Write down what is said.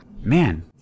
Man